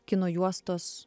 kino juostos